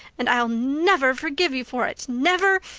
and i'll never forgive you for it, never,